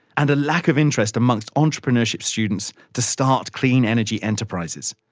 and a lack of interest amongst entrepreneurship students to start clean energy enterprises.